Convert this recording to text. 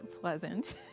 pleasant